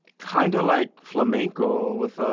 kind of like flamenco with, ah